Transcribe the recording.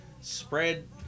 spread